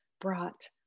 brought